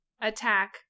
attack